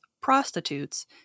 prostitutes